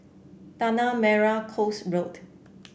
Tanah Merah Coast Road